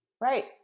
Right